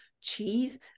cheese